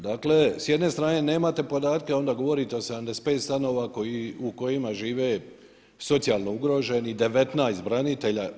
Dakle, s jedne strane nemate podatke, onda govorite o 75 stanova u kojima žive socijalno ugroženi, 19 branitelja.